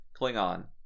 Klingon